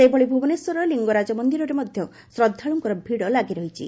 ସେହିଭଳି ଭୁବନେଶ୍ୱରର ଲିଙ୍ଗରାଜ ମନ୍ଦିରରେ ମଧ୍ୟ ଶ୍ରଦ୍ଧାଳୁଙ୍କ ଭିଡ଼ ଲାଗିରହିଛି